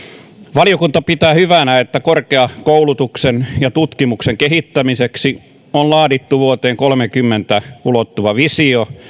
valiokunta pitää hyvänä että korkeakoulutuksen ja tutkimuksen kehittämiseksi on laadittu vuoteen kolmekymmentä ulottuva visio